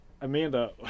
Amanda